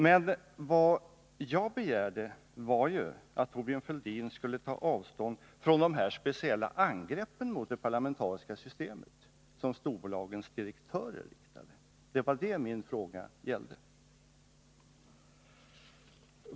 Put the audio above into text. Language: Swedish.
Men vad jag begärde var att Thorbjörn Fälldin skulle ta avstånd från dessa speciella angrepp på det parlamentariska systemet som storbolagens direktörer gör. Det var det min fråga gällde.